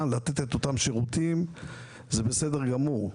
לתת את אותם שירותים וזה בסדר גמור.